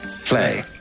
play